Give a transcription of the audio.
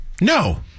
No